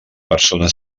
persona